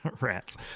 Rats